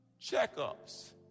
checkups